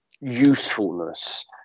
usefulness